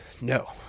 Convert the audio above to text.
No